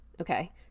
okay